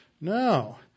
No